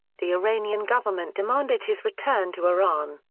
the iranian government demanded his return to iran,